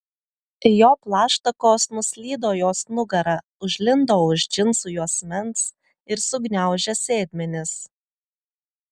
jo plaštakos nuslydo jos nugara užlindo už džinsų juosmens ir sugniaužė sėdmenis